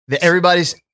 everybody's